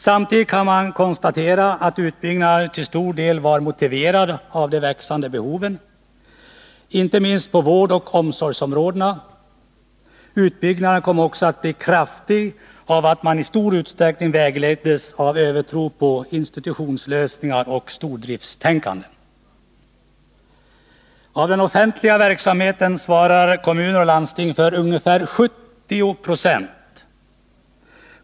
Samtidigt kan man konstatera att utbyggnaden till stor del var motiverad av de växande behoven, inte minst på vårdoch omsorgsområdena. Utbyggnaden kom också att bli kraftig på grund av att man i stor utsträckning vägleddes av en övertro på institutionslösningar och stordriftstänkande. Av den offentliga verksamheten svarar kommuner och landsting för ungefär 70 70.